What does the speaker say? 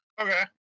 Okay